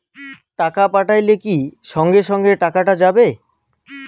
টাকা পাঠাইলে কি সঙ্গে সঙ্গে টাকাটা যাবে?